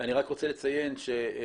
אני רק רוצה לציין שייאמר,